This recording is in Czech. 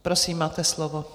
Prosím, máte slovo.